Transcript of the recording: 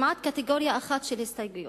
למעט קטגוריה אחת של הסתייגויות,